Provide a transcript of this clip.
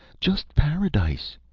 just paradise!